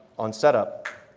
on set up.